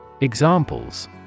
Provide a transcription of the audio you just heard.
Examples